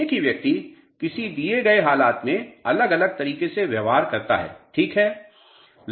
एक ही व्यक्ति किसी दिए गए हालात में अलग अलग तरीके से व्यवहार करता है ठीक है